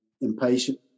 impatient